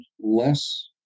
less